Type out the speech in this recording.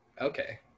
Okay